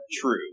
True